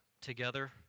together